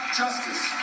justice